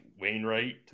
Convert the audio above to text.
Wainwright